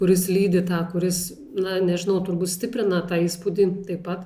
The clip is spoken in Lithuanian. kuris lydi tą kuris na nežinau turbūt stiprina tą įspūdį taip pat